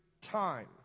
time